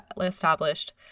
established